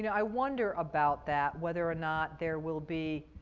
yeah i wonder about that, whether or not there will be